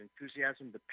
enthusiasm